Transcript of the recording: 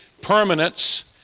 permanence